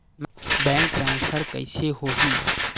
Bank transfer कइसे होही?